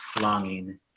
longing